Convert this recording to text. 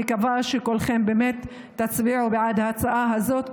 אני מקווה שכולכם תצביעו באמת בעד ההצעה הזאת,